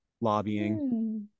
lobbying